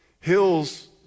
hills